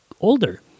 older